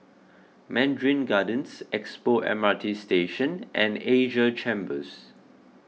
Mandarin Gardens Expo M R T Station and Asia Chambers